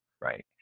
Right